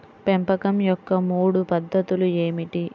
పెంపకం యొక్క మూడు పద్ధతులు ఏమిటీ?